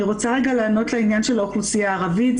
אני רוצה רגע לענות לעניין של האוכלוסייה הערבית.